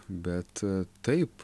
bet taip